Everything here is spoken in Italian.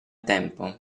tempo